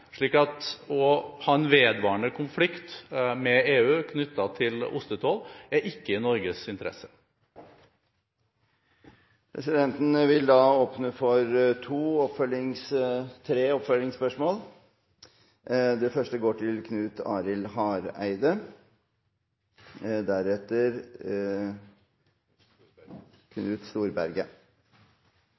å ha en vedvarende konflikt med EU knyttet til ostetoll er ikke i Norges interesse. Presidenten vil åpne for tre oppfølgingsspørsmål – først Knut Arild Hareide.